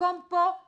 במקום פה שם.